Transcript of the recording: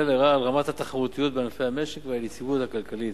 לרעה על רמת התחרותיות בענפי המשק ועל היציבות הכלכלית,